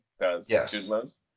Yes